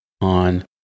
on